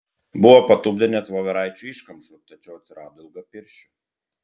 buvo patupdę net voveraičių iškamšų tačiau atsirado ilgapirščių